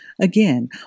Again